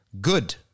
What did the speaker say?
good